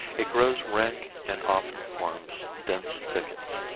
it grows rank and often forms dense thickets.